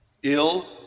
ill